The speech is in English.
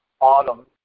autumn